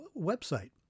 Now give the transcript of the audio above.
website